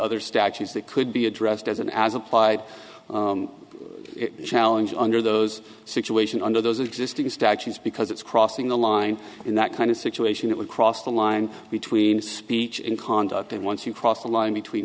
other statutes that could be addressed as an as applied challenge under those situations under those existing statutes because it's crossing the line in that kind of situation it would cross the line between speech and conduct and once you cross the line between